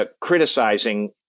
criticizing